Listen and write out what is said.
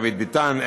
דוד ביטן,